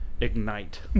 Ignite